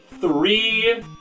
three